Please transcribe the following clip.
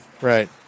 Right